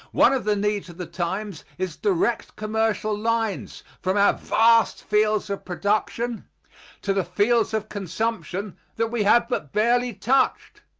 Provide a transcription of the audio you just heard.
one of the needs of the times is direct commercial lines from our vast fields of production to the fields of consumption that we have but barely touched.